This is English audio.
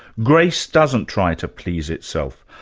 grace doesn't try to please itself.